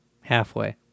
halfway